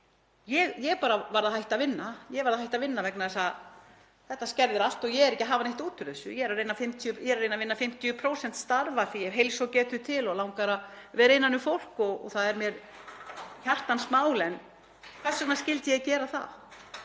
Ég bara varð að hætta að vinna vegna þess að þetta skerðir allt og ég er ekki að hafa neitt út úr þessu. Ég er að reyna að vinna 50% starf af því að ég hef heilsu og getu til og langar að vera innan um fólk og það er mér hjartans mál. En hvers vegna skyldi ég gera það?